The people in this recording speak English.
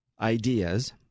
ideas